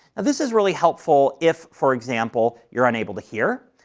this is really helpful if, for example, you're unable to hear,